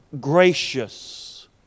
gracious